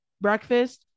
breakfast